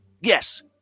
yes